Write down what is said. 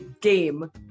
game